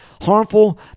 harmful